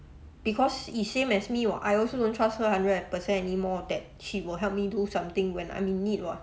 because it's same as me [what] I also don't trust her one hundred percent anymore that she will help me do something when I'm in need [what]